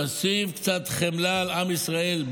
תשים קצת חמלה על עם ישראל.